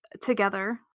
together